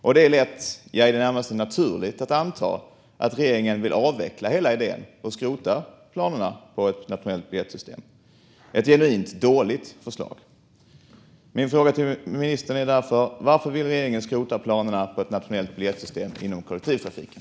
Det är lätt, och i det närmaste naturligt, att anta att regeringen vill avveckla hela idén och skrota planerna på ett nationellt biljettsystem. Det skulle vara ett genuint dåligt förslag. Min fråga till ministern är därför: Varför vill regeringen skrota planerna på ett nationellt biljettsystem inom kollektivtrafiken?